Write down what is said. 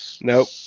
Nope